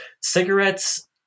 cigarettes